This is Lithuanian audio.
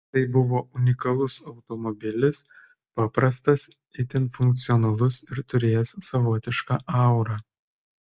tai buvo unikalus automobilis paprastas itin funkcionalus ir turėjęs savotišką aurą